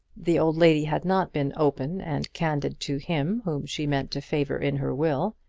the old lady had not been open and candid to him whom she meant to favour in her will,